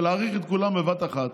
ולהאריך את כולם בבת אחת